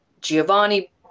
Giovanni